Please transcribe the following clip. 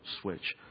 switch